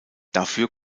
dafür